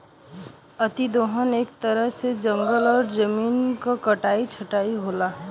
अति दोहन एक तरह से जंगल और जमीन क कटाई छटाई होला